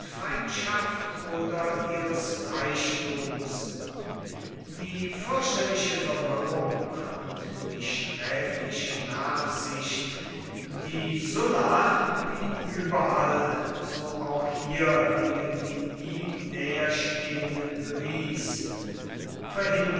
privatfeindschaft oder ihres reichtums die fürchterliche verwirrung und die sträfliche nachsicht die sulla wie überall so auch hier gegen die ihm näher stehenden bewies